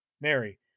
Mary